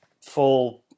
full